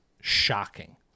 shocking